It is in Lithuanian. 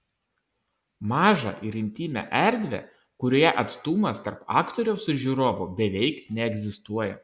mažą ir intymią erdvę kurioje atstumas tarp aktoriaus ir žiūrovų beveik neegzistuoja